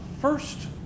first